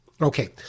Okay